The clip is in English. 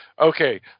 okay